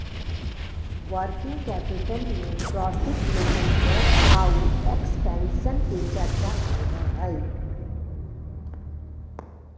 working capital में profit level growth आउ expansion के चर्चा होवऽ हई